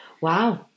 Wow